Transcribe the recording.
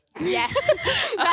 Yes